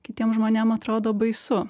kitiem žmonėm atrodo baisu